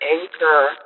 anchor